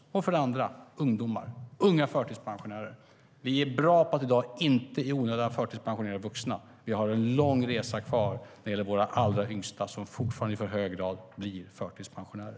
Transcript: För det andra måste vi ta itu med ungdomar och unga förtidspensionerade. I dag är vi bra på att inte i onödan förtidspensionera vuxna, men vi har en lång resa kvar när det gäller våra unga. De blir fortfarande i alltför hög grad förtidspensionärer.